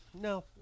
No